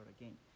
again